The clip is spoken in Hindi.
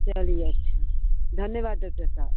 चलिए अच्छा धन्यवाद डॉक्टर साहब